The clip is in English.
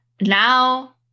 Now